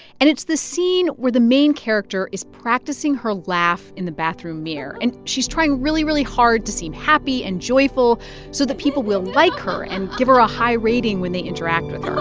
and it's the scene where the main character is practicing her laugh in the bathroom mirror, and she's trying really, really hard to seem happy and joyful so that people will like her and give her a high rating when they interact with her